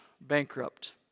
bankrupt